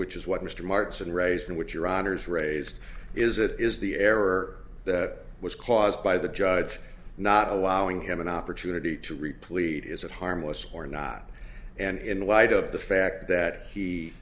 which is what mr marks and raised in which your honour's raised is it is the error that was caused by the judge not allowing him an opportunity to repleat is it harmless or not and in light of the fact that he